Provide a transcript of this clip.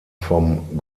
vom